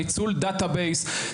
ניצול דטה בייס,